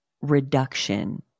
reduction